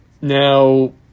Now